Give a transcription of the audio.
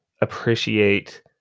appreciate